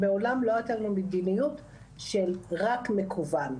מעולם לא היתה מדיניות של רק מקוון.